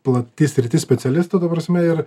plati sritis specialistų ta prasme ir